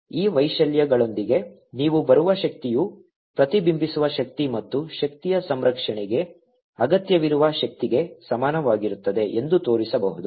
ಈ ವೈಶಾಲ್ಯಗಳೊಂದಿಗೆ ನೀವು ಬರುವ ಶಕ್ತಿಯು ಪ್ರತಿಬಿಂಬಿಸುವ ಶಕ್ತಿ ಮತ್ತು ಶಕ್ತಿಯ ಸಂರಕ್ಷಣೆಗೆ ಅಗತ್ಯವಿರುವ ಶಕ್ತಿಗೆ ಸಮಾನವಾಗಿರುತ್ತದೆ ಎಂದು ತೋರಿಸಬಹುದು